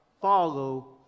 follow